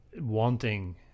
wanting